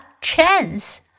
chance